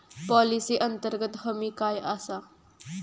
Policy अंतर्गत हमी काय आसा?